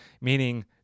meaning